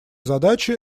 задачи